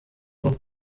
vuba